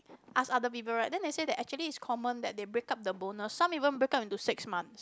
ask other people right then they say that actually it's common that they break up the bonus some even break up into six months